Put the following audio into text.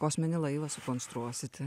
kosminį laivą sukonstruosite